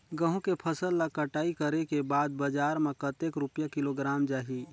गंहू के फसल ला कटाई करे के बाद बजार मा कतेक रुपिया किलोग्राम जाही?